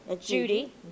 Judy